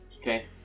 Okay